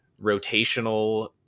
rotational